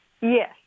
Yes